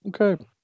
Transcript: Okay